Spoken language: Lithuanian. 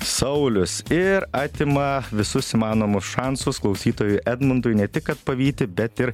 saulius ir atima visus įmanomus šansus klausytojui edmundui ne tik kad pavyti bet ir